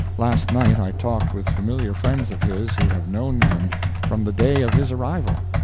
last night i talked with familiar friends of his who have known him from the day of his arrival.